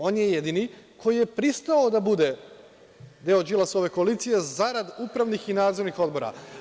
On je jedini koji je pristao da bude deo Đilasove koalicije, zarad upravnih i nadzornih odbora.